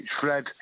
Fred